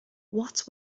what